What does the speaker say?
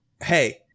Hey